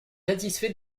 satisfait